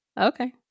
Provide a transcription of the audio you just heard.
Okay